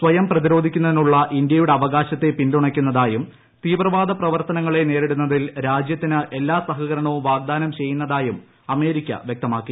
സ്വയം പ്രതിരോധത്തിനുള്ള ഇന്തൃയുടെ അവകാശത്തെ പിന്തുണയ്ക്കുന്നതായും തീവ്രവാദ പ്രവർത്തനങ്ങളെ നേരിടുന്നതിൽ രാജ്യത്തിന് എല്ലാ സഹകരണവും വാഗ്ദാനം ചെയ്യുന്നതായും അമേരിക്ക വ്യക്തമാക്കി